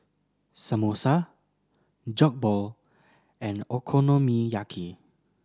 Samosa Jokbal and Okonomiyaki